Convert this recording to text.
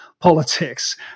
politics